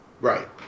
right